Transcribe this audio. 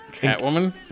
Catwoman